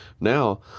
now